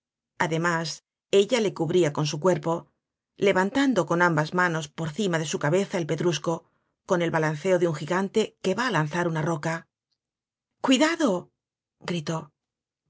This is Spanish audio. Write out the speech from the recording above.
además ella le cubria con su cuerpo levantando con ambas manos por cima de su cabeza el pedrusco con el balanceo de un gigante que va á lanzar una roca cuidado gritó